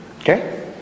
Okay